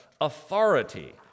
authority